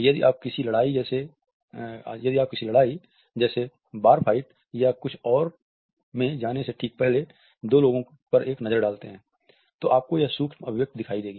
यदि आप किसी लड़ाई जैसे बार फाइट या कुछ और में जाने से ठीक पहले दो लोगों पर एक नज़र डालते हैं तो आपको यह सूक्ष्म अभिव्यक्ति दिखाई देगी